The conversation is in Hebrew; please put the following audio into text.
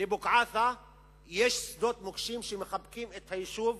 לבוקעאתא יש שדות מוקשים שמחבקים את היישוב